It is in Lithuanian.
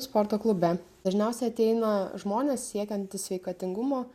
sporto klube dažniausiai ateina žmonės siekiantys sveikatingumo